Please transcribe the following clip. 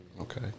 Okay